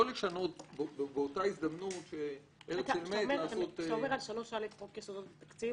לא לשנות באותה הזדמנות --- אתה אומר על 3א לחוק יסודות התקציב?